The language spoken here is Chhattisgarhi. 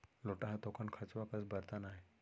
लोटा ह थोकन खंचवा कस बरतन आय